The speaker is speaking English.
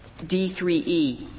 D3E